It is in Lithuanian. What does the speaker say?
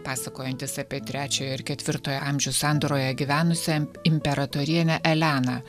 pasakojantis apie trečiojo ir ketvirtojo amžiaus sandūroje gyvenusią imperatorienę eleną